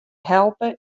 helpe